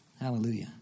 Hallelujah